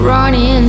Running